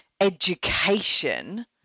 education